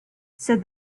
said